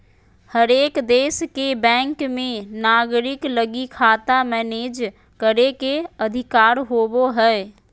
हरेक देश के बैंक मे नागरिक लगी खाता मैनेज करे के अधिकार होवो हय